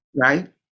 right